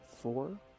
four